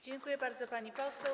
Dziękuję bardzo, pani poseł.